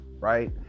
Right